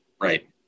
Right